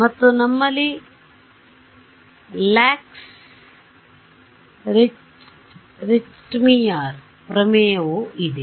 ಮತ್ತು ನಮ್ಮಲ್ಲಿ Lax Richtmyer ಪ್ರಮೇಯವೂ ಇದೆ